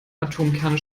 atomkerne